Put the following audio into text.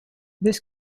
this